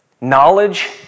Knowledge